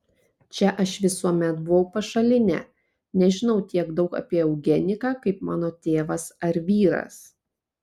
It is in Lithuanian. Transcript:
čia aš visuomet buvau pašalinė nežinau tiek daug apie eugeniką kaip mano tėvas ar vyras